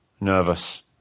nervous